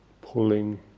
pulling